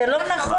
זה לא נכון.